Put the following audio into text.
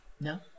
no